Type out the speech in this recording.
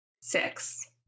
Six